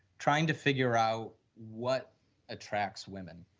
trying to figure out what attracts women,